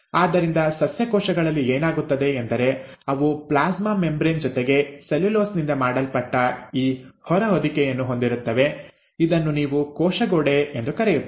ಆದ್ದರಿಂದ ಸಸ್ಯ ಕೋಶಗಳಲ್ಲಿ ಏನಾಗುತ್ತದೆ ಎಂದರೆ ಅವುಗಳು ಪ್ಲಾಸ್ಮಾ ಮೆಂಬರೇನ್ ಜೊತೆಗೆ ಸೆಲ್ಯುಲೋಸ್ನಿಂದ ಮಾಡಲ್ಪಟ್ಟ ಈ ಹೊರ ಹೊದಿಕೆಯನ್ನು ಹೊಂದಿರುತ್ತವೆ ಇದನ್ನು ನೀವು ಕೋಶ ಗೋಡೆ ಎಂದು ಕರೆಯುತ್ತೀರಿ